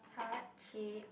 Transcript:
heart shape